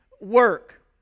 work